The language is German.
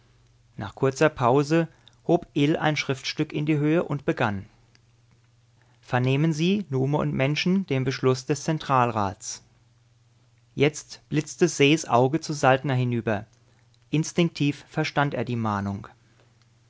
nach kurzer pause hob ill ein schriftstück in die höhe und begann vernehmen sie nume und menschen den beschluß des zentralrats jetzt blitzte ses auge zu saltner hinüber instinktiv verstand er die mahnung